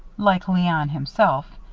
like leon himself,